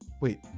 wait